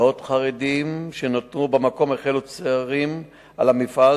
מאות חרדים שנותרו במקום החלו צרים על המפעל,